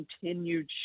continued